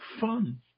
fun